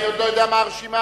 אני לא יודע מה הרשימה,